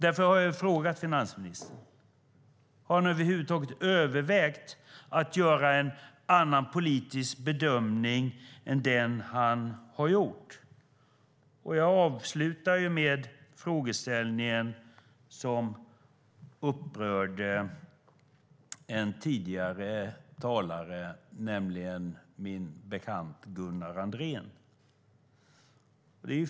Därför har jag frågat finansministern om han över huvud taget har övervägt att göra en annan politisk bedömning än den han har gjort. Jag avslutar med frågeställningen som upprörde en tidigare talare, nämligen min bekant Gunnar Andrén.